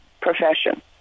profession